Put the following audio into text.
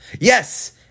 Yes